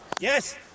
Yes